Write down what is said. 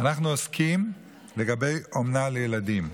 אנחנו עוסקים באומנה לילדים.